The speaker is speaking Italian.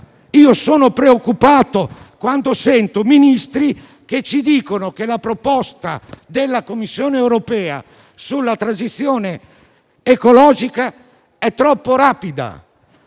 Io sono preoccupato quando sento Ministri che ci dicono che la proposta della Commissione europea sulla transizione ecologica è troppo rapida.